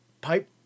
Pipe